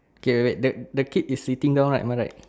okay wait wait the the kid is sitting down right am I right